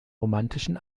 romantischen